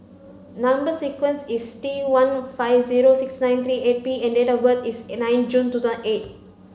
number sequence is T one five zero six nine three eight P and date of birth is nine June two thousand eight